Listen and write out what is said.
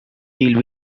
deal